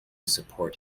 support